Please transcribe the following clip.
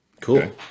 Cool